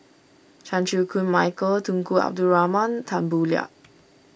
Chan Chew Koon Michael Tunku Abdul Rahman Tan Boo Liat